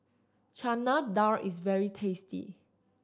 Chana Dal is very tasty